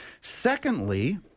Secondly